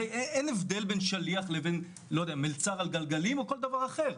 הרי אין הבדל בין שליח לבין מלצר על גלגלים או כל דבר אחר.